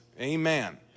amen